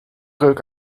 ruk